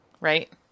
Right